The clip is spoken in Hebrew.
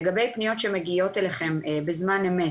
לגבי פניות שמגיעות אליכם בזמן אמת,